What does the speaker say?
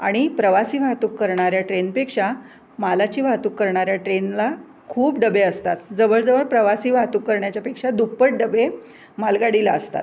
आणि प्रवासी वाहतूक करणाऱ्या ट्रेनपेक्षा मालाची वाहतूक करणाऱ्या ट्रेनला खूप डबे असतात जवळजवळ प्रवासी वाहतूक करण्याच्यापेक्षा दुप्पट डबे मालगाडीला असतात